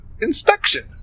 Inspection